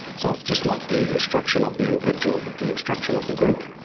so it's just not the instruction of the individual but the instruction of the group.